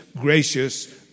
gracious